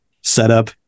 setup